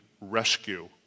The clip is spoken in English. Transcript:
rescue